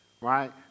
right